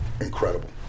incredible